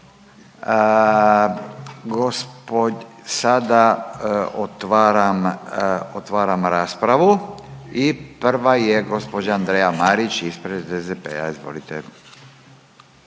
Sada otvaram raspravu i prva je gospođa Andreja Marić ispred SDP-a, izvolite.